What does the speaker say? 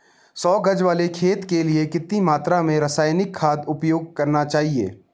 सौ गज वाले खेत के लिए कितनी मात्रा में रासायनिक खाद उपयोग करना चाहिए?